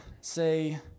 say